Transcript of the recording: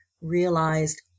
realized